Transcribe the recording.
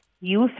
youth